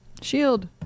Shield